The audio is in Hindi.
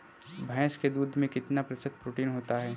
भैंस के दूध में कितना प्रतिशत प्रोटीन होता है?